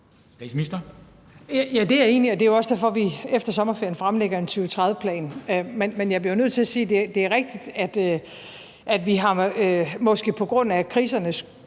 Frederiksen): Ja, det er jeg enig i, og det er jo også derfor, vi efter sommerferien fremlægger en 2030-plan. Men jeg bliver jo nødt til at sige, at det er rigtigt, at vi – måske på grund af kriserne